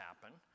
happen